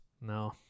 No